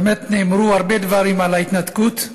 באמת נאמרו הרבה דברים על ההתנתקות,